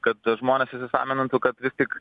kad žmonės įsisąmonintų kad tik